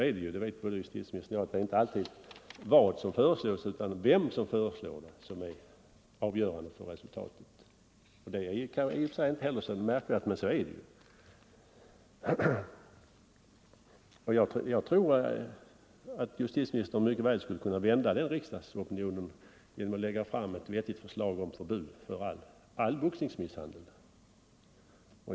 Både justitieministern och jag vet att det inte alltid är vad som föreslås utan vem som föreslår som är det avgörande för resultatet. Det är i och för sig inte så märkvärdigt men så förhåller det sig. Jag tror att justitieministern mycket väl skulle kunna vända riksdagsopinionen genom att lägga fram ett vettigt förslag om förbud mot all boxningsmisshandel.